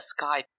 Skype